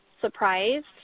surprised